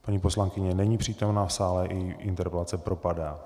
Paní poslankyně není přítomna v sále, její interpelace propadá.